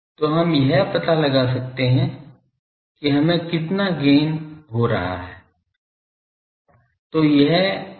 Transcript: तो हम यह पता लगा सकते हैं कि हमें कितना गैन हो रहा है